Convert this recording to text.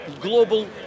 global